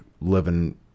living